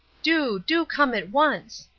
do, do come at once